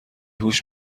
هوش